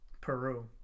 Peru